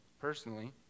personally